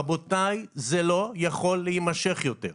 רבותיי, זה לא יכול להימשך יותר.